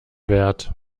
wert